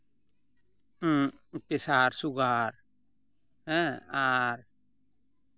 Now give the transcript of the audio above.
ᱯᱮᱥᱟᱨ sugar ᱦᱮᱸ ᱟᱨ